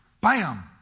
Bam